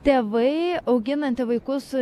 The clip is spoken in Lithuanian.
tėvai auginanti vaikus su